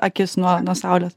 akis nuo nuo saulės